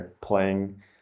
playing